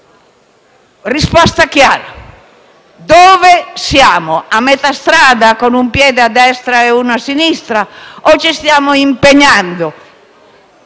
risposta chiara: dove siamo? A metà strada, con un piede a destra e uno a sinistra o ci stiamo impegnando